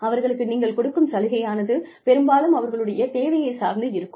அவர்களுக்கு நீங்கள் கொடுக்கும் சலுகையானது பெரும்பாலும் அவர்களுடைய தேவையை சார்ந்து இருக்கும்